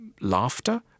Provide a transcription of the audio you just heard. laughter